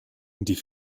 die